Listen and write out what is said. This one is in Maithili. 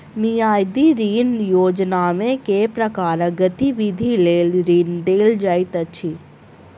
मियादी ऋण योजनामे केँ प्रकारक गतिविधि लेल ऋण देल जाइत अछि